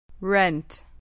Rent